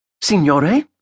Signore